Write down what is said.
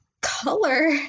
color